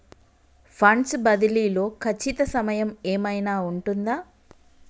Funds బదిలీ లో ఖచ్చిత సమయం ఏమైనా ఉంటుందా?